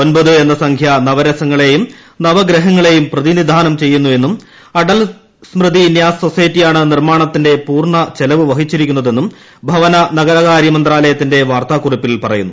ഒൻപത് എന്ന സംഖ്യ നവരസങ്ങളെയും നവഗ്രഹങ്ങളെയും പ്രതിനിധാനം ചെയ്യുന്നുവെന്നും അടൽ സ്മൃതി ന്യാസ് സൊസൈറ്റിയാണ് നിർമ്മാണത്തിന്റെ പൂർണ്ണ ചെലവ് വഹിച്ചിരിക്കുന്നതെന്നും ഭവന നഗരകാര്യ മന്ത്രാലയത്തിന്റെ വാർത്താ കുറിപ്പിൽ പറയുന്നു